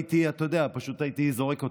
פשוט הייתי זורק אותם.